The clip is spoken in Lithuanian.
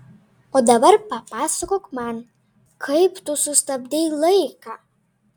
o dabar papasakok man kaip tu sustabdei laiką